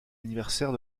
anniversaire